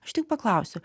aš tik paklausiu